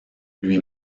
lui